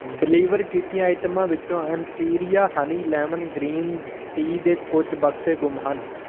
deliver ਕੀਤੀਆਂ ਆਈਟਮਾਂ ਵਿੱਚੋਂ Empiria honey lemon green tea ਦੇ ਕੁਝ ਬਕਸੇ ਗੁੰਮ ਹਨ